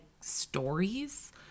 stories